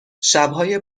شبهای